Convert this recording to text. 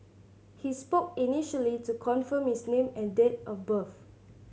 he spoke initially to confirm his name and date of birth